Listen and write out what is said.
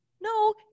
no